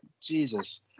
Jesus